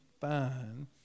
fine